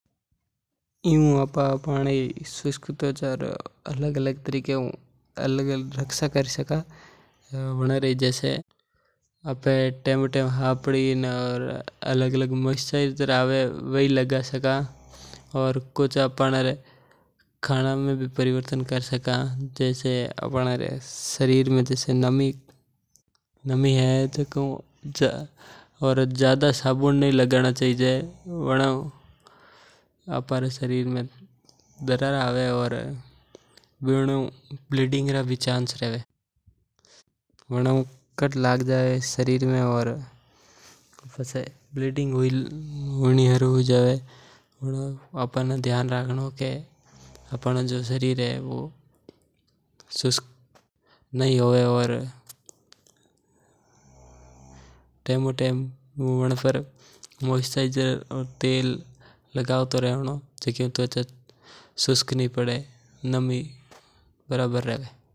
ऐयो तो आपा आपणे शुष्क त्वचा री रक्षा अलग-अलग तरीके हु करी सकु। जैसे आपा तेमो तेम हिनन करनो और अलग अलग मोइस्चराइज़र लगावणो चाहिजे और अपने खाने मे भी परिवर्तन कर सका। और ज्यादां साबण नीं लगावणो चाहिजे, वणे हु ब्लीडिंग रा चांसस रेवे। इन वास्ते आपणे ने त्वचा रो ध्यान रखणो चाहिजे और शुष्क नीं हुंवण देवीनी।